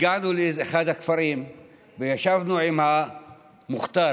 הגענו לאחד הכפרים וישבנו עם המוח'תאר,